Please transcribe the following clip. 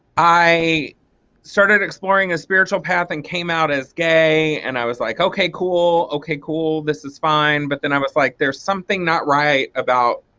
i started exploring a spiritual path and came out as gay. and i was like okay cool okay cool this is fine. but then i was like there's something not right about